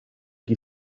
qui